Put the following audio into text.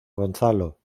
gonzalo